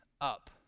Up